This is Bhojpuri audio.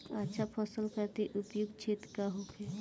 अच्छा फसल खातिर उपयुक्त क्षेत्र का होखे?